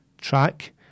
track